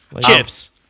Chips